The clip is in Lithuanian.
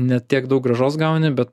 ne tiek daug grąžos gauni bet